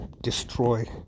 destroy